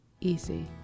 easy